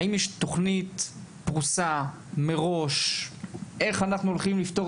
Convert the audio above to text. האם יש תוכנית פרוסה מראש איך אנחנו הולכים לפתור